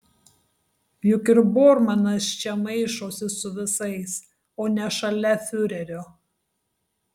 juk ir bormanas čia maišosi su visais o ne šalia fiurerio